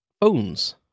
phones